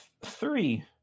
three